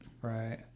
right